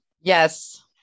Yes